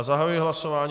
Zahajuji hlasování.